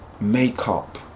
makeup